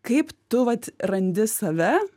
kaip tu vat randi save